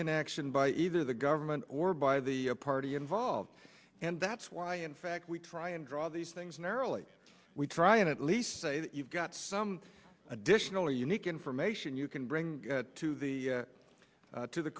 inaction by either the government or by the party involved and that's why in fact we try and draw these things narrowly we try and at least say that you've got some additional unique information you can bring to the